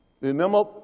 Remember